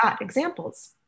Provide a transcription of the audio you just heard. Examples